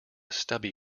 stubby